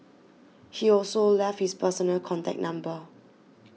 he also left his personal contact number